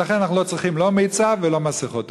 ולכן אנחנו לא צריכים לא מיצ"ב ולא מסכות.